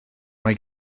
mae